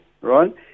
right